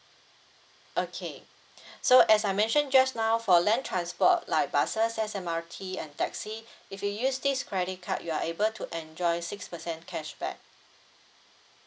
okay so as I mention just now for land transport like buses S_M_R_T and taxi if you use this credit card you are able to enjoy six percent cashback